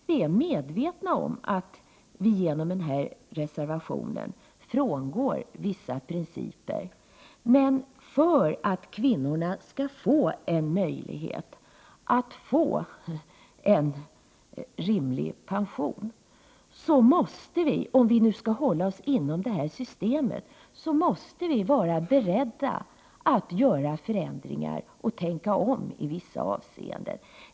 Vi är medvetna om att vi genom denna reservation frångår vissa principer, men för att kvinnorna skall ha möjlighet att få en rimlig pension måste man, om man skall hålla sig inom detta system, vara beredd att göra förändringar och tänka om i vissa avseenden.